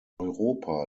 europa